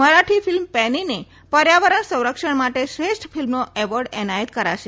Marathi film પૈનીને પર્યાવરણ સંરક્ષણ માટે શ્રેષ્ઠ ફિલ્મનો એવોર્ડ એનાયત કરાશે